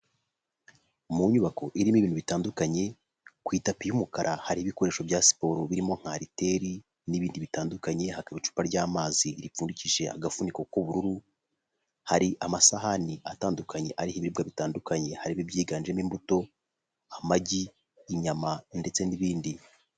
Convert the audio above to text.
Mu nyubako irimo ibintu bitandukanye ku itapi y'umukara hariho ibikoresho bya siporo birimo nka ariteri n'ibindi bitandukanye. Hakaba icupa ry'amazi ripfundikije agafuniko k'ubururu, hari amasahani atandukanye ariho ibirwa bitandukanye harimo ibyiganjemo imbuto, amagi, inyama ndetse n'ibindi.